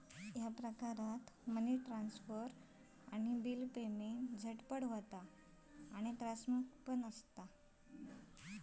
ह्यो प्रकारचो money transfer आणि बिल पेमेंट झटपट आणि त्रासमुक्त असता